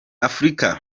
afurika